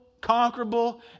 conquerable